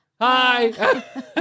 hi